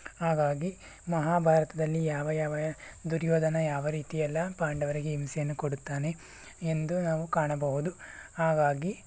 ಹಾಗಾಗಿ ಮಹಾಭಾರತದಲ್ಲಿ ಯಾವ ಯಾವ ದುರ್ಯೋಧನ ಯಾವ ರೀತಿಯೆಲ್ಲ ಪಾಂಡವರಿಗೆ ಹಿಂಸೆಯನ್ನು ಕೊಡುತ್ತಾನೆ ಎಂದು ನಾವು ಕಾಣಬಹುದು ಹಾಗಾಗಿ